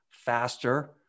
Faster